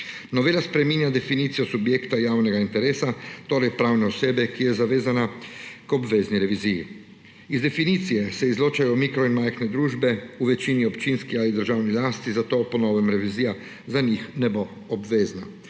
Novela spreminja definicijo subjekta javnega interesa, torej pravne osebe, ki je zavezana k obvezni reviziji. Iz definicije se izločajo mikro- in majhne družbe v večinski občinski ali državni lasti, zato po novem revizija za njih ne bo obvezna.